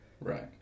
right